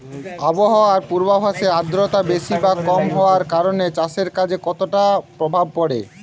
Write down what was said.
আবহাওয়ার পূর্বাভাসে আর্দ্রতা বেশি বা কম হওয়ার কারণে চাষের কাজে কতটা প্রভাব পড়ে?